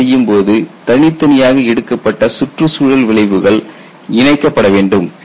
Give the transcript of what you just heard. DT செய்யும்போது தனித்தனியாக எடுக்கப்பட்ட சுற்று சுற்றுச்சூழல் விளைவுகள் இணைக்கப்பட வேண்டும்